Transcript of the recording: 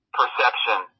perception